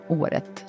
året